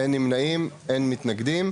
אין נמנעים, אין מתנגדים.